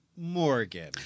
Morgan